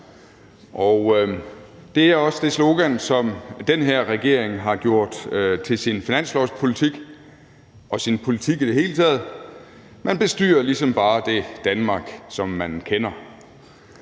Det er også det slogan, som den her regering har gjort til sin finanslovspolitik og sin politik i det hele taget, for man bestyrer ligesom bare det Danmark, som man kender.